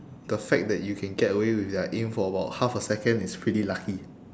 the fact that you can get away with their aim for about half a second is pretty lucky